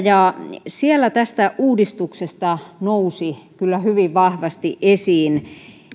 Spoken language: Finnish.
ja siellä tästä uudistuksesta nousi kyllä hyvin vahvasti esiin